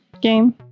game